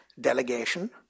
delegation